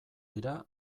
dira